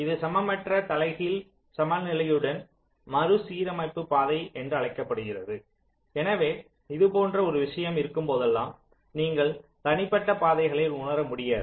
இது சமமற்ற தலைகீழ் சமநிலையுடன் மறுசீரமைப்பு பாதை என்று அழைக்கப்படுகிறது எனவே இதுபோன்ற ஒரு விஷயம் இருக்கும்போதெல்லாம் நீங்கள் தனிப்பட்ட பாதைகளை உணரமுடியாது